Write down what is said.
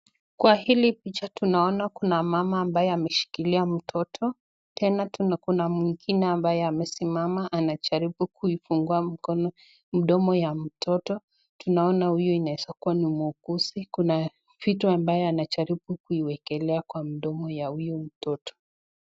Kwa hili picha tunaona kuna mama ambaye ameshikilia mtoto, tena kuna mwingine ambaye amesimama anajaribu kufungua mdomo ya mtoto. Tunaona huyu inaweza kuwa ni muuguzi. Kuna vitu ambayo anajaribu kuiwekelea kwa mdomo ya huyu mtoto.